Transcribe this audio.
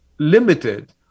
limited